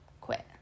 Quit